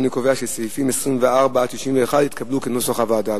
אני קובע שסעיפים 24 61 התקבלו כנוסח הוועדה.